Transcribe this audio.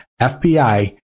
FBI